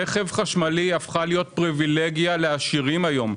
רכב חשמלי הפך להיות פריבילגיה לעשירים היום.